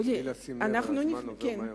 בלי לשים לב, הזמן עובר מהר.